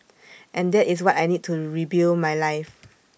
and that is what I need to rebuild my life